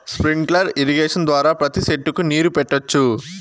sprinkler irrigation ద్వారా ప్రతి సెట్టుకు నీరు పెట్టొచ్చు